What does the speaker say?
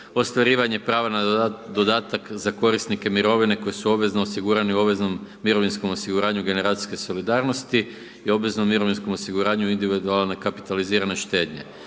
ostvarivanje prava na dodatak za korisnike mirovine koji su obvezno osigurani u obveznom mirovinskom osiguranju generacijske solidarnosti i obveznom mirovinskom osiguranju individualne kapitalizirane štednje,